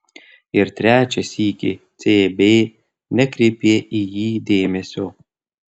ir trečią sykį cb nekreipė į jį dėmesio